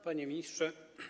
Panie Ministrze!